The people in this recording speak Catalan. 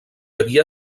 havia